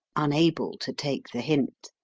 unable to take the hint.